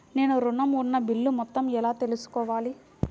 నేను ఋణం ఉన్న బిల్లు మొత్తం ఎలా తెలుసుకోవాలి?